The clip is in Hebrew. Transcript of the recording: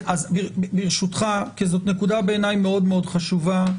זו נקודה שהיא מאוד חשובה בעיניי.